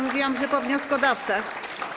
Mówiłam, że po wnioskodawcach.